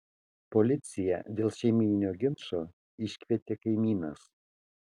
policiją dėl šeimyninio ginčo iškvietė kaimynas